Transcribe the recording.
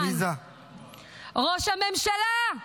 ראש הממשלה,